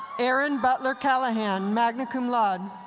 erin butler callahan, magna cum laude.